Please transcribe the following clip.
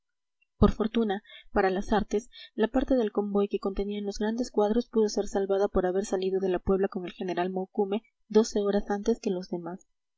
por fortuna para las artes la parte del convoy que contenía los grandes cuadros pudo ser salvada por haber salido de la puebla con el general maucune doce horas antes que los demás